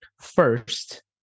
First